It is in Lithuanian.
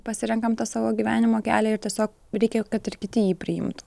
pasirenkam tą savo gyvenimo kelią ir tiesiog reikia kad ir kiti jį priimtų